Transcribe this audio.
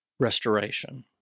restoration